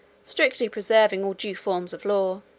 strictly preserving all due forms of law.